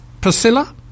Priscilla